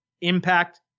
Impact